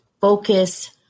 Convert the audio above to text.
focus